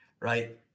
right